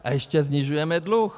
A ještě snižujeme dluh.